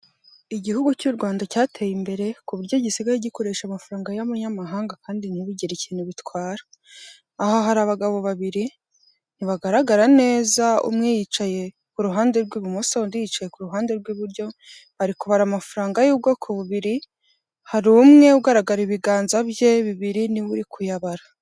Igihugu cy'u Rwanda cyateye imbere ku buryo gisigaye gikoresha amafaranga y'amanyamahanga kandi ntibigire ikintu bitwara, aha hari abagabo babiri ntibagaragara neza umwe yicaye ku ruhande rw'ibumoso undi yicaye ku ruhande rw'iburyo bari kubara amafaranga y'ubwoko bubiri hari umwe ugaragara ibiganza bye bibiri niwe uri kuyabara.